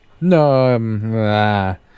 No